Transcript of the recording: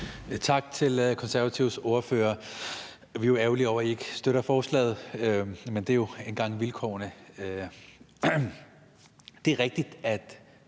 Tak til Konservatives ordfører. Vi er jo ærgerlige over, at I ikke støtter forslaget, men det er nu engang vilkårene. Det er rigtigt, at